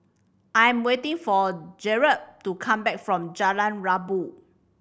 I am waiting for Jerod to come back from Jalan Rabu